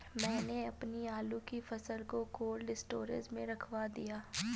मैंने अपनी आलू की फसल को कोल्ड स्टोरेज में रखवा दिया